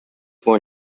born